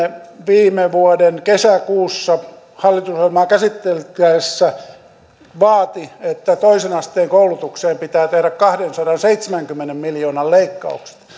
viime vuoden kesäkuussa hallitusohjelmaa käsiteltäessä vaati että toisen asteen koulutukseen pitää tehdä kahdensadanseitsemänkymmenen miljoonan leikkaukset